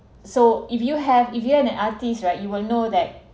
so if you have if you an artist right you will know that